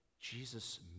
Jesus